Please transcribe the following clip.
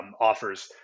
offers